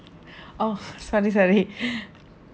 oh sorry sorry